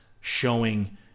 showing